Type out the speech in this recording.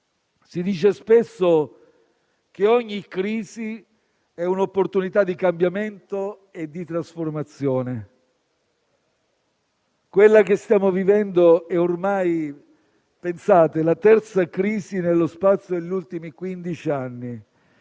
Si dice spesso che ogni crisi è un'opportunità di cambiamento e di trasformazione. Quella che stiamo vivendo è ormai - pensate - la terza crisi nello spazio degli ultimi quindici anni